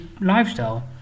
lifestyle